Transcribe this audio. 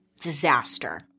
disaster